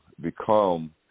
become